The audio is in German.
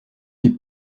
die